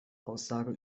aussage